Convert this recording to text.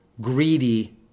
greedy